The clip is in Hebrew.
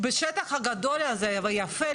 בשטח הגדול הזה והיפה,